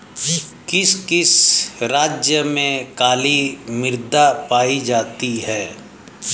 किस किस राज्य में काली मृदा पाई जाती है?